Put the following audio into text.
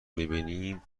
میبینیم